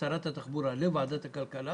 שר התחבורה לוועדת הכלכלה